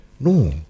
No